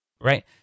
Right